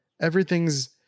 everything's